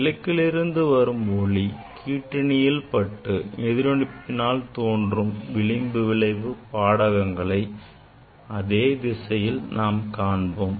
விளக்கில் இருந்து வரும் ஒளி கிற்றிணியில் பட்டு எதிரொளிப்பினால் தோன்றும் விளிம்பு விளைவு பாடகங்களை அதே திசையில் நாம் காண்போம்